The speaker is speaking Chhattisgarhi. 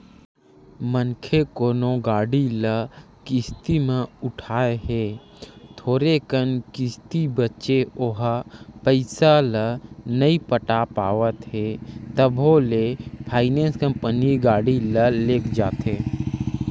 मनखे कोनो गाड़ी ल किस्ती म उठाय हे थोरे कन किस्ती बचें ओहा पइसा ल नइ पटा पावत हे तभो ले फायनेंस कंपनी गाड़ी ल लेग जाथे